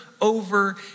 over